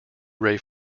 ray